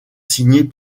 signés